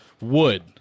wood